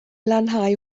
lanhau